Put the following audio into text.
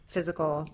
physical